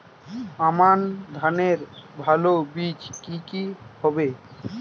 আমান ধানের ভালো বীজ কি কি হবে?